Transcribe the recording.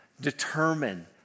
determine